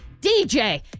DJ